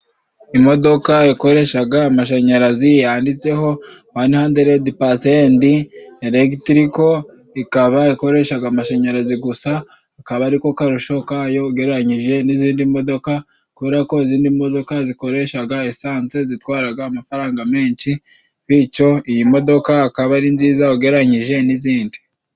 Imodoka ikoreshaga amashanyarazi yanditseho "wane handredi pasenti elegitriko", ikaba ikoreshaga amashanyarazi gusa, akaba ari ko karusho kayo ugereranyije n'izindi modoka, kubera ko izindi modoka zikoreshaga esanse zitwaraga amafaranga menshi, bityo iyi modoka akaba ari nziza ugereranyije n'izindi.